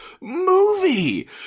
movie